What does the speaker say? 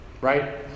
right